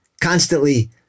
constantly